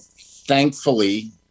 thankfully